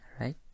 Right